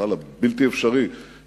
הבלתי-אפשרי בכלל,